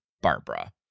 barbara